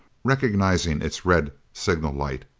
recognizing its red signal light.